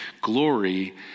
glory